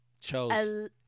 chose